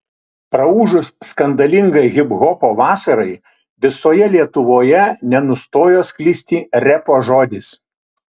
praūžus skandalingai hiphopo vasarai visoje lietuvoje nenustojo sklisti repo žodis